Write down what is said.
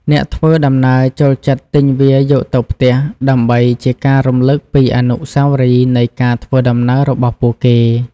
អ្នកធ្វើដំណើរចូលចិត្តទិញវាយកទៅផ្ទះ ដើម្បីជាការរំលឹកពីអនុស្សាវរីយ៍នៃការធ្វើដំណើររបស់ពួកគេ។